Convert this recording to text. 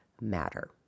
matter